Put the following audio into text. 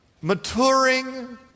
maturing